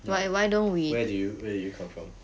like where do you where do you come from